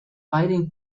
beiden